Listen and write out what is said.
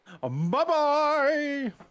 Bye-bye